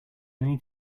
need